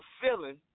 feeling